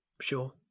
sure